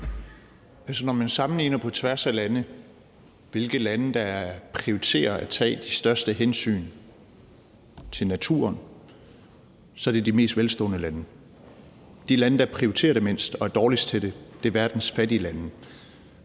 Når man sammenligner på tværs af lande og ser på, hvilke lande der prioriterer at tage de største hensyn til naturen, er det de mest velstående lande. De lande, der prioriterer det mindst og er dårligst til det, er verdens fattige lande.